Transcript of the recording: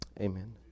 Amen